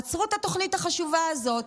עצרו את התוכנית החשובה הזאת.